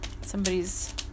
Somebody's